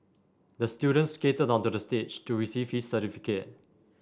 the student skated onto the stage to receive his certificate